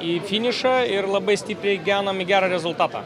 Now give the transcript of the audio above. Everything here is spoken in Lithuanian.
į finišą ir labai stipriai genam į gerą rezultatą